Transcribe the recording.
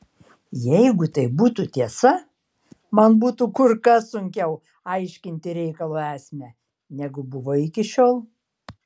jeigu tai būtų tiesa man būtų kur kas sunkiau aiškinti reikalo esmę negu buvo iki šiol